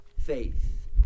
faith